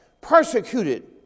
Persecuted